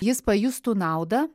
jis pajustų naudą